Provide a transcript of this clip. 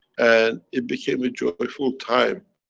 and it became a joyful time,